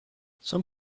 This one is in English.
some